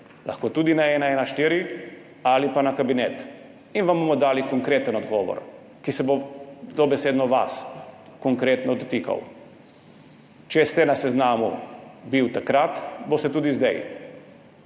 lahko tudi na 114 ali pa na kabinet, in vam bomo dali konkreten odgovor, ki se bo dobesedno vas konkretno dotikal. Če ste bili na seznamu takrat, boste tudi zdaj.